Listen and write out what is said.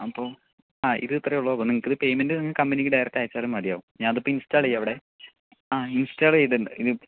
അപ്പോൾ ആ ഇത് ഇത്രയേ ഉള്ളു നിങ്ങൾക്കിത് പേയ്മെന്റ് നിങ്ങൾ കമ്പനിക്ക് ഡയറക്റ്റ് അയച്ചാലും മതി ആവും ഞാൻ ഇതിപ്പോൾ ഇൻസ്റ്റാൾ ചെയ്യാം ഇവിടെ ആ ഇൻസ്റ്റാൾ ചെയ്തിട്ടുണ്ട്